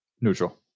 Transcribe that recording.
Neutral